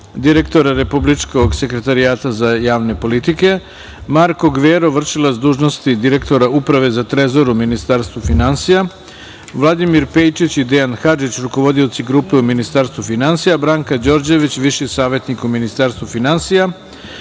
direktor Republičkog sekretarijata za javne politike, Marko Gvero, vršilac dužnosti direktor Uprave za Trezor u Ministarstvu finansija, Vladimir Pejčić i Dejan Hadžić, rukovodioci grupe u Ministarstvu finansija, Branka Đorđević viši savetnik u Ministarstvu finansija,